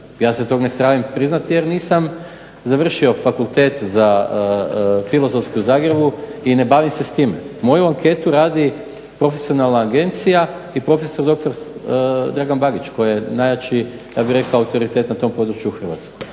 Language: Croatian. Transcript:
ja se tog ne sramim priznati jer nisam završio Filozofski fakultet u Zagrebu i ne bavim se time. Moju anketu radi profesionalna agencija i prof.dr. Dragan Bagić koji je najjači ja bih rekao autoritet na tom području u Hrvatskoj.